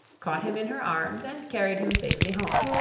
caught him in her arms, and carried him safely home.